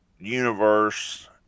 universe